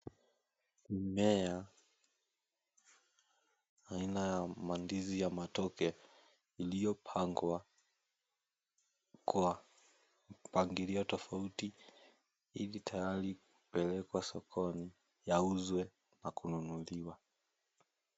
Mimea aina ya mandizi ya matoke iliopangwa kwa mpangilio tofauti ili tayari kupelekwa sokoni yauzwe na kununuliwa.